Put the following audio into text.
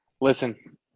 listen